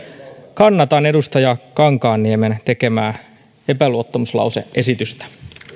kannatan edustaja kankaanniemen tekemää epäluottamuslause esitystä